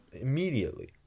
immediately